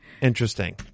Interesting